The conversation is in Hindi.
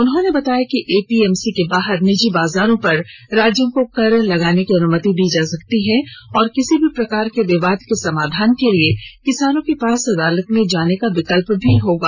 उन्होंने बताया कि एपीएमसी के बाहर निजी बाजारों पर राज्यों को कर लगाने की अनुमति दी जा सकती है और किसी भी प्रकार के विवाद के समाधान के लिए किसानों के पास अदालत में जाने का विकल्प भी होगा